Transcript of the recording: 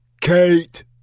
Kate